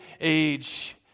age